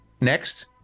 next